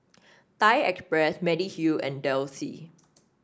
Thai Express Mediheal and Delsey